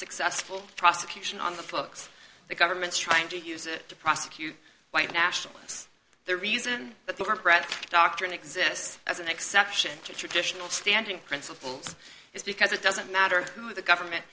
successful prosecution on the books the government's trying to use it to prosecute white nationalists the reason that the breadth doctrine exists as an exception to traditional standing principles is because it doesn't matter who the government